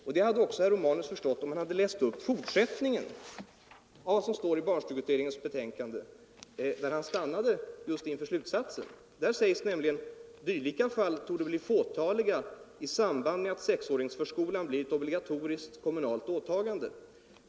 Detta hade också herr Romanus förstått om han hade läst fortsättningen av vad som står i barnstugeutredningens betänkande. Han stannade just inför slutsatsen. Där sägs nämligen: ”Dylika fall torde bli fåtaliga i samband med att 6-åringsförskolan blir ett obligatoriskt kommunalt åtagande.